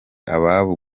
ababo